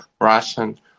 Russian